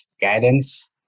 guidance